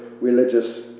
religious